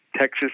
Texas